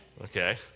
Okay